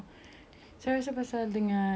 awak lihat kawan-kawan sekeliling